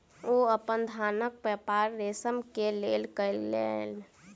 ओ अपन धानक व्यापार रेशम के लेल कय लेलैन